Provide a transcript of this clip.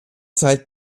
zeit